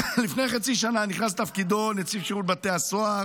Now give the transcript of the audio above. לפני חצי שנה נכנס לתפקידו נציב שירות בתי הסוהר